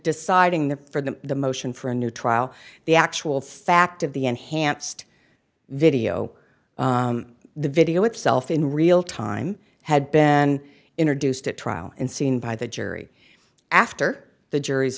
deciding that for the motion for a new trial the actual fact of the enhanced video the video itself in real time had been introduced at trial and seen by the jury after the jury's